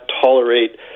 tolerate